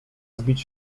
zbić